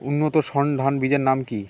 উন্নত সর্ন ধান বীজের নাম কি?